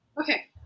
Okay